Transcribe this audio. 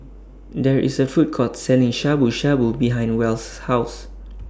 There IS A Food Court Selling Shabu Shabu behind Wells' House